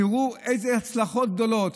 תראו איזה הצלחות גדולות.